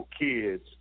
kids